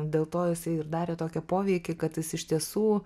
dėl to jisai ir darė tokį poveikį kad jis iš tiesų